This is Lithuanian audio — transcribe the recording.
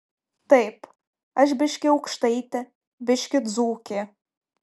taip aš biškį aukštaitė biškį dzūkė